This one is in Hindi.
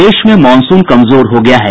प्रदेश में मॉनसून कमजोर हो गया है